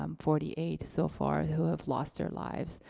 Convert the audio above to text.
um forty eight so far who have lost their lives.